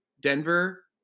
Denver